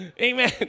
Amen